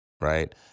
right